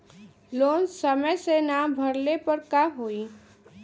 Loan समय से ना भरले पर का होयी?